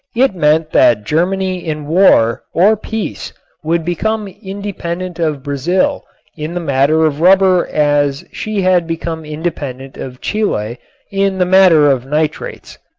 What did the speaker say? it meant that germany in war or peace would become independent of brazil in the matter of rubber as she had become independent of chile in the matter of nitrates.